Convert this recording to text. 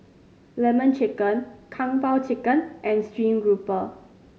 Lemon Chicken Kung Po Chicken and stream grouper